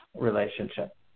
relationship